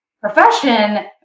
profession